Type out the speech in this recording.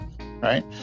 right